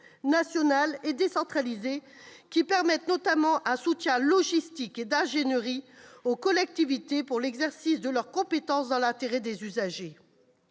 national et décentralisé, qui permette, notamment, un soutien logistique et d'ingénierie aux collectivités territoriales pour l'exercice de leurs compétences, dans l'intérêt des usagers.